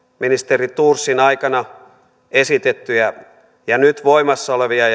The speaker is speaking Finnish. ministeri thorsin aikana esitettyjä ja nyt voimassa olevia